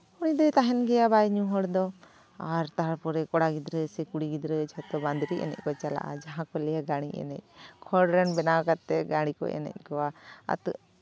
ᱩᱱᱤ ᱫᱚᱭ ᱛᱟᱦᱮᱱ ᱜᱮᱭᱟ ᱵᱟᱭ ᱧᱩ ᱦᱚᱲ ᱫᱚ ᱟᱨ ᱛᱟᱨᱯᱚᱨᱮ ᱠᱚᱲᱟ ᱜᱤᱫᱽᱨᱟᱹ ᱥᱮ ᱠᱩᱲᱤ ᱜᱤᱫᱽᱨᱟᱹ ᱡᱷᱚᱛᱚ ᱵᱟᱹᱫᱽᱨᱤ ᱮᱱᱮᱡ ᱠᱚ ᱪᱟᱞᱟᱜᱼᱟ ᱡᱟᱦᱟᱸ ᱠᱚ ᱞᱟᱹᱭᱟ ᱜᱟᱹᱲᱤ ᱮᱱᱮᱡ ᱠᱷᱚᱲ ᱨᱮᱱ ᱵᱮᱱᱟᱣ ᱠᱟᱛᱮᱫ ᱜᱟᱹᱲᱤ ᱠᱚ ᱮᱱᱮᱡ ᱠᱚᱣᱟ ᱟᱹᱛᱩ